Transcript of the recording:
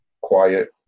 quiet